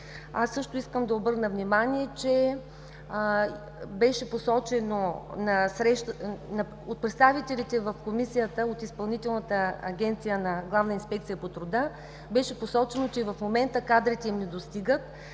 Аз също искам да обърна внимание, че беше посочено от представителите в Комисията, от Изпълнителната агенция на Главна инспекция по труда беше посочено, че в момента кадрите им не достигат,